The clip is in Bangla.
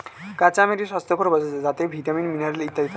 কাঁচা আম একটি স্বাস্থ্যকর ফল যাতে ভিটামিন, মিনারেল ইত্যাদি থাকে